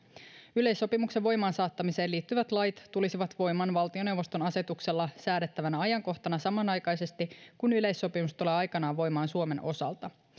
yleissopimuksen voimaan saattamiseen liittyvät lait tulisivat voimaan valtioneuvoston asetuksella säädettävänä ajankohtana samanaikaisesti kun yleissopimus tulee aikanaan voimaan suomen osalta